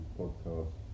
podcast